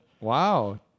Wow